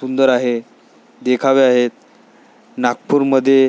सुंदर आहे देखावे आहेत नागपूरमध्ये